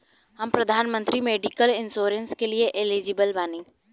हम प्रधानमंत्री medical insurance के लिए एलिजिबल बानी?